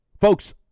Folks